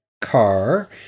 car